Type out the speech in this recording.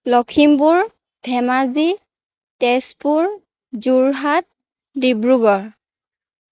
Lakhimpur Dhemaji Tezpur Jorhat Dibrugarh